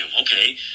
Okay